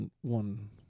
one